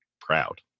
proud